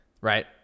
Right